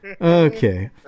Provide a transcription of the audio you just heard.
Okay